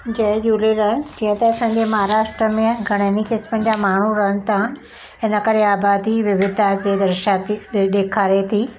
जय झूलेलाल जीअं त असांजे महाराष्ट्र में घणनि ई क़िस्मनि जा माण्हू रहनि था हिनकरे आबादी विविधा ती दर्शाती ॾेखारे थी